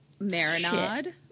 marinade